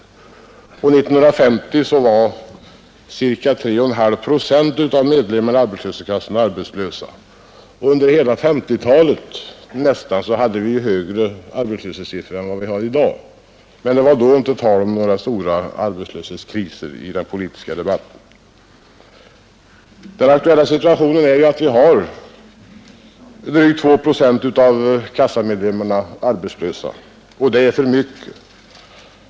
År 1950 var 3,5 procent av medlemmarna i arbetslöshetskassorna arbetslösa. Under nästan hela 1950—talet hade vi en högre arbetslöshetssiffra än vi har i dag. Det var då inte i den politiska debatten tal om några stora arbetslöshetskriser. Den aktuella situationen är att drygt 2 procent av kassamedlemmarna är arbetslösa. Det är för mycket.